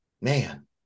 Man